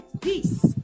peace